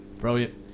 Brilliant